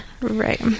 Right